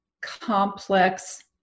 complex